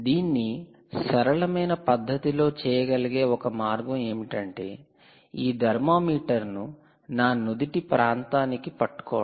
దీన్ని సరళమైన పద్ధతిలో చేయగలిగే ఒక మార్గం ఏమిటంటే ఈ థర్మామీటర్ను నా నుదిటి ప్రాంతానికి పట్టుకోవడం